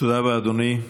תודה רבה, אדוני.